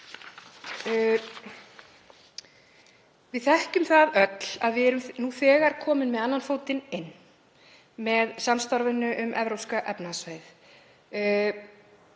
Við þekkjum það öll að við erum nú þegar komin með annan fótinn inn með samstarfinu um Evrópska efnahagssvæðið.